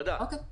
אוקיי.